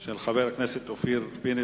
לסדר-היום של חבר הכנסת אופיר פינס,